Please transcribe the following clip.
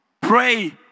pray